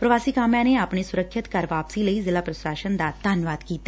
ਪ੍ਰਵਾਸੀ ਕਾਮਿਆਂ ਨੇ ਆਪਣੀ ਸੁੱਰਖਿਅਤ ਘਰ ਵਾਪਸੀ ਲਈ ਜ਼ਿਲ੍ਹਾ ਪ੍ਸ਼ਾਸਨ ਦਾ ਧੰਨਵਾਦ ਕੀਤਾ